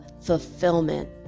fulfillment